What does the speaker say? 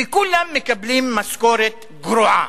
וכולם מקבלים משכורת גרועה,